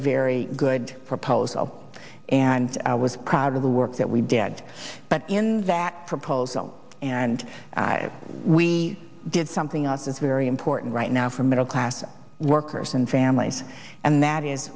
very good proposal and i was proud of the work that we did but in that proposal and we did something else is very important right now for middle class workers and families and that is